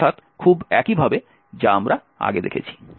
অর্থাৎ খুব একইভাবে যা আমরা আগে দেখেছি